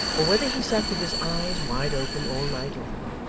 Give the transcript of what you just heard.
or whether he sat with his eyes wide open all night long,